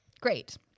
Great